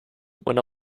when